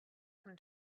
him